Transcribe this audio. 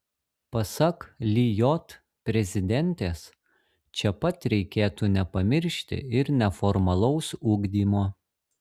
pasak lijot prezidentės čia pat reikėtų nepamiršti ir neformalaus ugdymo